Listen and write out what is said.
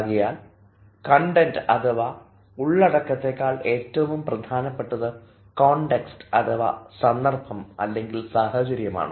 ആകയാൽ കോണ്ടൻറ്റ് അഥവ ഉള്ളടക്കത്തെകാൾ ഏറ്റവും പ്രധാനപ്പെട്ടത് കോൺടെക്സ്റ്റ് അഥവാ സന്ദർഭം അല്ലെങ്കിൽ സാഹചര്യമാണ്